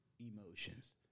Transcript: emotions